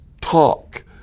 talk